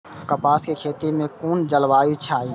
कपास के खेती में कुन जलवायु चाही?